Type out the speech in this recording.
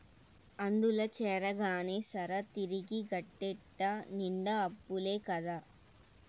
అందుల చేరగానే సరా, తిరిగి గట్టేటెట్ట నిండా అప్పులే కదా